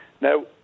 Now